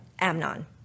Amnon